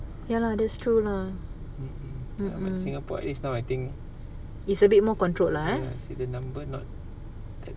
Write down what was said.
ya lah that's true lah mm mm it's a bit more controlled lah ah